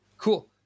Cool